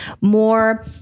More